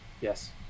Yes